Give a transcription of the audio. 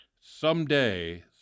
Someday